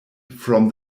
from